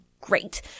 great